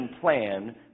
plan